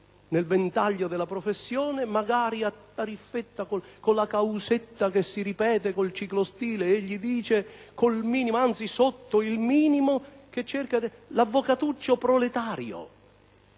nel ventaglio della professione, magari a tariffetta, con la causetta che si ripete con il ciclostile - egli dice - sotto il minimo: l'avvocatuccio proletario.